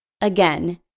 Again